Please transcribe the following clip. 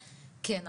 כן,